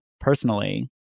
personally